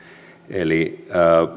eli